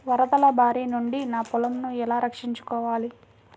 వరదల భారి నుండి నా పొలంను ఎలా రక్షించుకోవాలి?